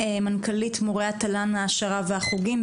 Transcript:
מנכ"לית מורי התל"ן העשרה והחוגים,